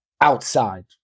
outside